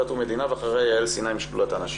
ומדינה ואחריה יעל סיני משדולת הנשים.